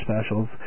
specials